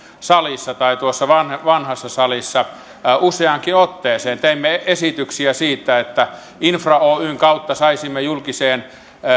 salissa tai tuossa vanhassa salissa useaankin otteeseen teimme esityksiä siitä että infra oyn kautta saisimme julkiseen